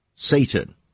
Satan